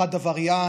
אחד עבריין,